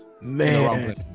Man